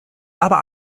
aber